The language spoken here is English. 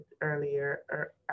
earlier